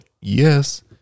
yes